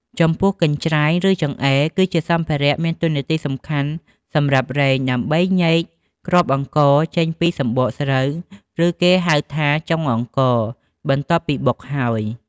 ចំពោះកញ្ច្រែង ឬចង្អេរ គឺជាសម្ភារៈមានតួនាទីសំខាន់សម្រាប់រែង ដើម្បីញែកគ្រាប់អង្ករចេញពីសម្បកស្រូវ ឬគេហៅថាចុងអង្ករ បន្ទាប់ពីបុកហើយ។